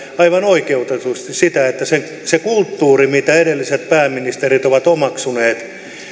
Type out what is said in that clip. aivan oikeutetusti sanoi sitä että se se kulttuuri minkä edelliset pääministerit ovat omaksuneet